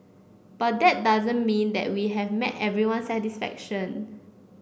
but that doesn't mean that we have met everyone's satisfaction